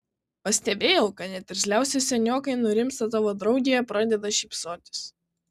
pastebėjau kad net irzliausi seniokai nurimsta tavo draugėje pradeda šypsotis